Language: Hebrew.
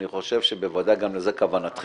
אני חושב שוודאי גם זו כוונתכם,